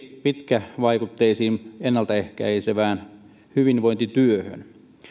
pitkävaikutteiseen ennalta ehkäisevään hyvinvointityöhön